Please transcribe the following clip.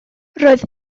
roedd